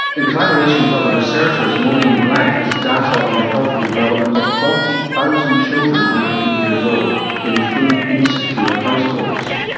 in collaboration with other researchers maureen black has data on the health and development of forty thousand children under three years old in food insecure households.